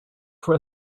for